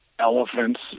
elephants